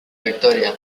victoria